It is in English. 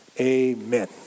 Amen